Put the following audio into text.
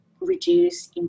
reduce